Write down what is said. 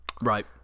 Right